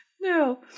No